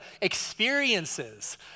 experiences